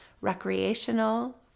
recreational